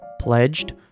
pledged